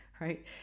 right